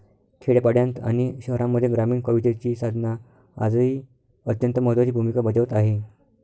खेड्यापाड्यांत आणि शहरांमध्ये ग्रामीण कवितेची साधना आजही अत्यंत महत्त्वाची भूमिका बजावत आहे